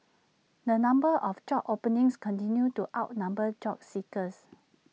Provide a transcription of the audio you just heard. the number of job openings continued to outnumber job seekers